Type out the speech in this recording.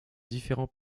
différents